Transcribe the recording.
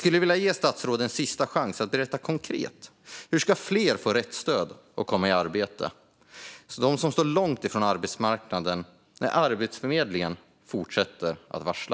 Jag vill ge statsrådet en sista chans att konkret förklara hur fler som står långt från arbetsmarknaden ska få rätt stöd och komma i arbete när Arbetsförmedlingen fortsätter att varsla.